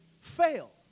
fail